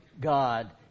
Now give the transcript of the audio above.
God